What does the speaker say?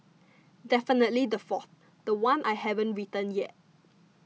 definitely the fourth the one I haven't written yet